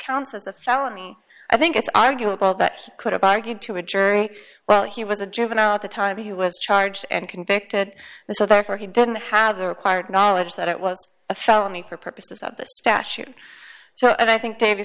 counts as a felony i think it's arguable that could have argued to a jury well he was a juvenile at the time he was charged and convicted so therefore he didn't have the required knowledge that it was a felony for purposes of this statute so i think davi